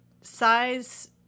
size